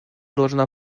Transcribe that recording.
должна